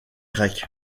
grecs